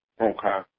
Okay